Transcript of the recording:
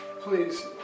Please